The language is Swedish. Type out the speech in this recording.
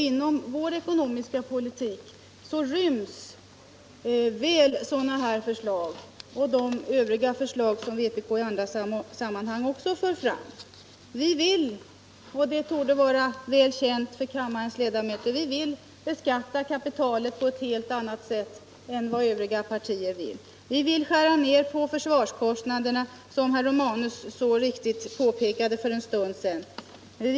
Inom vår ekonomiska politik ryms väl dessa förslag och de förslag som vpk i andra sammanhang fört fram. Det torde vara känt för kammarens ledamöter att vi vill beskatta kapitalet på ett helt annat sätt än vad övriga partier vill. Vi vill skära ned på försvarskostnaderna, något som herr Romanus så riktigt för en stund sedan påpekade.